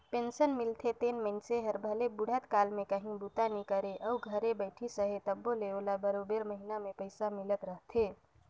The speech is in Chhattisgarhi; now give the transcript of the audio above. पेंसन मिलथे तेन मइनसे हर भले बुढ़त काल में काहीं बूता नी करे अउ घरे बइठिस अहे तबो ले ओला बरोबेर महिना में पइसा मिलत रहथे